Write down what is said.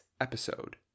episode